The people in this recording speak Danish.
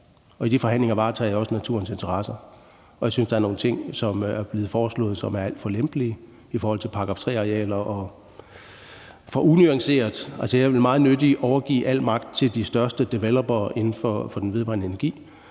og i de forhandlinger varetager jeg også naturens interesser. Jeg synes, der er nogle af de ting, som bliver foreslået, der er alt for lempelige i forhold til § 3-arealer og for unuancerede. Jeg ville meget nødig overgive al magt til de største developere inden for den vedvarende energi,